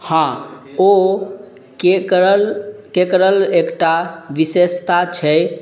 हँ ओ केकरल केकरल एकटा विशेषता छै